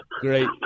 Great